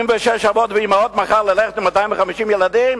86 אבות ואמהות ילכו מחר עם 250 ילדים,